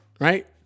Right